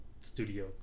studio